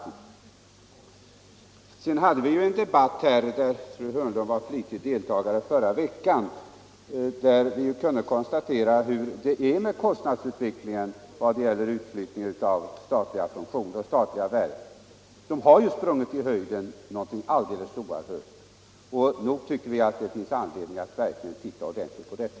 Förra veckan hade vi i kammaren en debatt i vilken fru Hörnlund var en flitig deltagare, och vi kunde då konstatera hur kostnaderna för utflyttning av statliga verk har sprungit i höjden något alldeles oerhört. Så nog finns det anledning att titta ordentligt på detta.